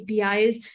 APIs